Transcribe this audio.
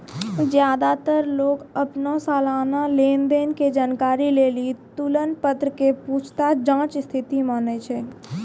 ज्यादातर लोग अपनो सलाना लेन देन के जानकारी लेली तुलन पत्र के पूछताछ जांच स्थिति मानै छै